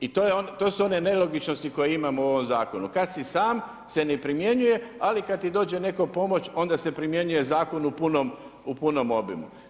I to su one nelogičnosti koje imamo u ovom zakonu, kad si sam se ne primjenjuje, ali kad ti dođe netko pomoć, onda se primjenjuje zakon u punom obimu.